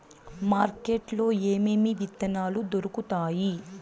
market లో ఏమేమి విత్తనాలు దొరుకుతాయి